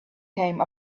came